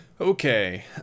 Okay